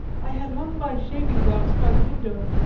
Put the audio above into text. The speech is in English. i had hung my shaving glass by the window,